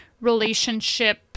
relationship